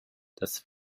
das